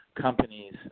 companies